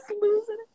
losing